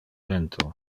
vento